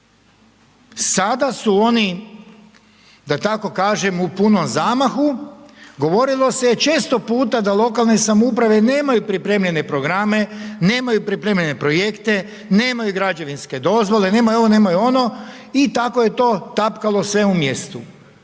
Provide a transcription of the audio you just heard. sada su oni da tako kažem u punom zamahu. Govorilo se često puta da lokalne samouprave nemaju pripremljene programe, nemaju pripremljene projekte, nemaju građevinske dozvole, nemaju ovo, nemaju ono i tako je to tapkalo sve u mjestu.